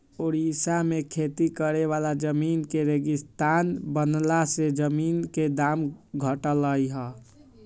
ओड़िशा में खेती करे वाला जमीन के रेगिस्तान बनला से जमीन के दाम घटलई ह